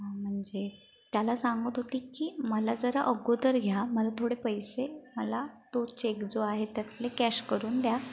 म्हणजे त्याला सांगत होती की मला जरा अगोदर घ्या मला थोडे पैसे मला तो चेक जो आहे त्यातले कॅश करून द्या